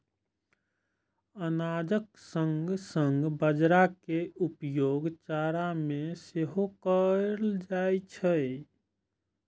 अनाजक संग संग बाजारा के उपयोग चारा मे सेहो कैल जाइ छै